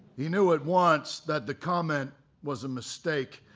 he knew at once that the comment was a mistake.